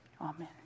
Amen